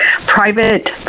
private